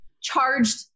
charged